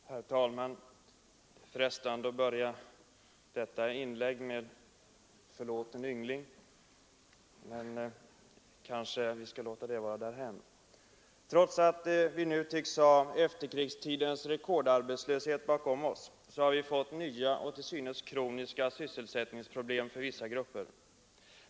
Herr talman! Det är frestande att börja detta inlägg med: Förlåt en yngling! Men jag lämnar den saken därhän. Trots att vi nu tycks ha efterkrigstidens rekordarbetslöshet bakom oss har vi fått nya och till synes kroniska sysselsättningsproblem för vissa grupper.